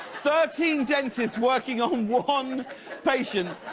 thirteen dentists working on one patient.